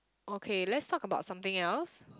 okay let's talk about something else